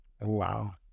Wow